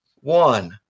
one